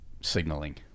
signaling